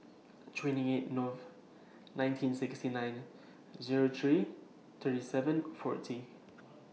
twenty eight Nov nineteen sixty nine Zero six thirty seven forty